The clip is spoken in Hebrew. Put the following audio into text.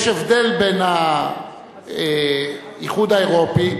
יש הבדל בין האיחוד האירופי,